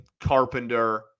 carpenter